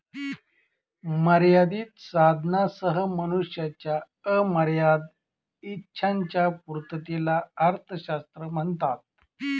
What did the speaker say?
मर्यादित साधनांसह मनुष्याच्या अमर्याद इच्छांच्या पूर्ततेला अर्थशास्त्र म्हणतात